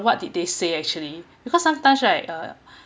what did they say actually because sometimes right uh